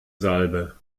salbe